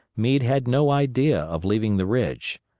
meade had no idea of leaving the ridge.